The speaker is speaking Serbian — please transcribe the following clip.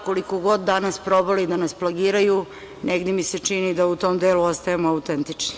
Koliko god danas probali da nas plagiraju, negde mi se čini da u tom delu ostajemo autentični.